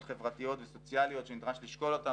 חברתיות וסוציאליות שנדרש לשקול אותן,